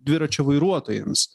dviračio vairuotojams